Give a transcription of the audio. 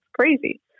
crazy